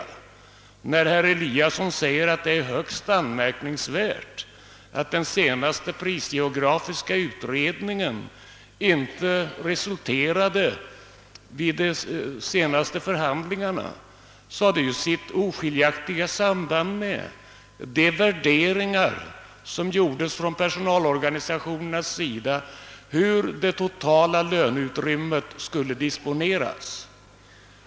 Herr Eliasson i Sundborn sade att det är högst anmärkningsvärt att den prisgeografiska utredningen inte gav något resultat vid de senaste förhandlingarna. Detta har ett oskiljaktigt samband med de beräkningar som personalorganisationerna gjorde av hur det totala löneutrymmet skulle disponeras.